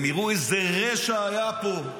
הם יראו איזה רשע היה פה.